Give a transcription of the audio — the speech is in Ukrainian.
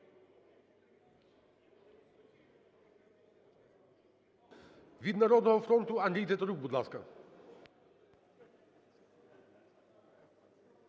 Від "Народного фронту" Андрій Тетерук, будь ласка.